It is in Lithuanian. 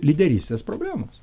lyderystės problemos